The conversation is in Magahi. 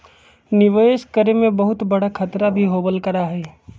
निवेश करे में बहुत बडा खतरा भी होबल करा हई